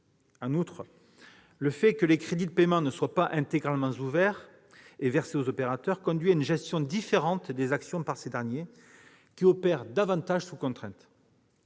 Ensuite, le fait que les crédits de paiement ne soient pas intégralement ouverts et versés aux opérateurs conduit à une gestion différente des actions par ces derniers, qui opèrent davantage sous contrainte.